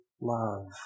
love